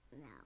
No